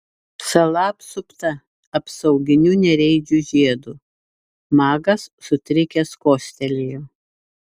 sala apsupta apsauginiu nereidžių žiedu magas sutrikęs kostelėjo